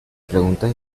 preguntas